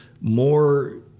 more